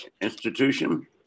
institution